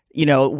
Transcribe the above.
you know,